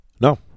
No